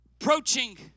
approaching